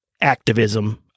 activism